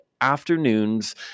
Afternoons